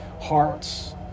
hearts